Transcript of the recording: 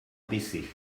baissé